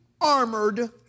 armored